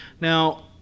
Now